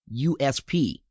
usp